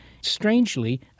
strangely